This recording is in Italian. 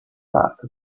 art